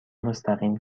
مستقیم